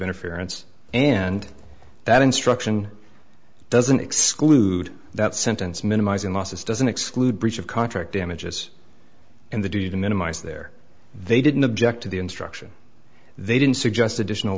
interference and that instruction doesn't exclude that sentence minimizing losses doesn't exclude breach of contract damages and they do to minimize their they didn't object to the instruction they didn't suggest additional